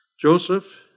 Joseph